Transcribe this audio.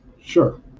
Sure